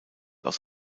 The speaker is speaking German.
aus